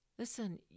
Listen